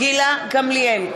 גמליאל,